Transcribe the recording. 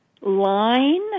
line